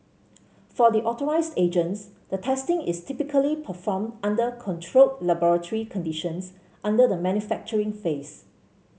for the authorised agents the testing is typically performed under controlled laboratory conditions under the manufacturing phase